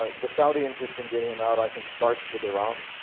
ah the saudi interest in getting him out, i think, starts with iran,